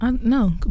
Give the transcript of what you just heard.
no